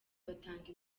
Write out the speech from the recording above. batanga